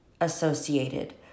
associated